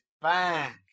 bang